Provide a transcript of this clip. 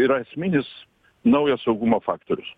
yra esminis naujo saugumo faktorius